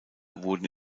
wurden